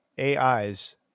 AIs